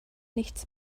nichts